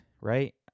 right